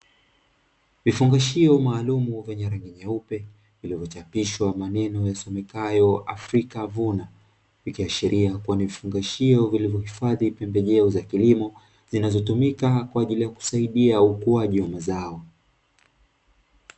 Vifungashio maalumu vyenye rangi nyeupe vilivyochapishwa maneno yasemekayo "Afrika Vuna" vikiashiria kuwa ni vifungashio, vilivyohifadhi pembejeo za kilimo zinazotumika kwa ajili ya kusaidia ukuaji wa mazao.